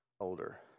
older